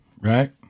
right